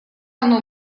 оно